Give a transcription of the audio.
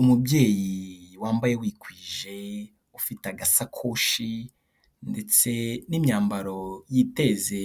Umubyeyi wambaye wikwije ufite agasakoshi ndetse n'imyambaro yiteze